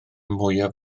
mwyaf